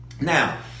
Now